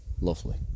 Lovely